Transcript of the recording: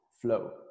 Flow